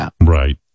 right